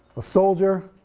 a soldier